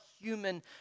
human